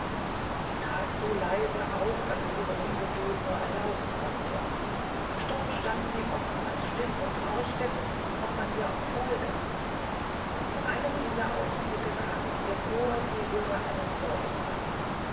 sie trat so leise auf als ihre ungeduld nur erlauben konnte und doch stand sie oftmals still und horchte ob man ihr auch folge in einem dieser augenblicke kam es ihr vor sie höre einen seufzer